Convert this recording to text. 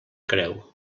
creu